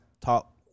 talk